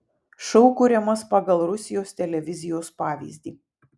šou kuriamas pagal rusijos televizijos pavyzdį